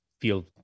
feel